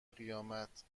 قیامت